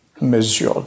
measured